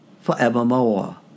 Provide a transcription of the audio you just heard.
forevermore